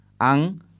...ang